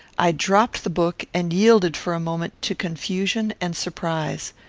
i dropped the book and yielded for a moment to confusion and surprise.